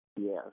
Yes